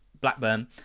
Blackburn